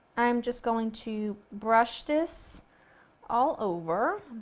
i'm just going to brush this all over.